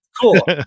cool